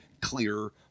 clear